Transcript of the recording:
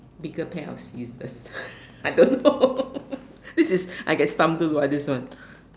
bigger pair of useless I don't know this is I get stumped too by this one